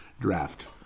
draft